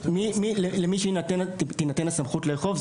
למי שתינתן הסמכות לאכוף,